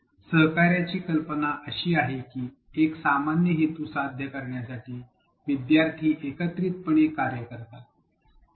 सहकार्याची कल्पना अशी आहे की एक सामान्य हेतू साध्य करण्यासाठी विद्यार्थी एकत्रितपणे कार्य करतात